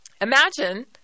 Imagine